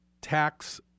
tax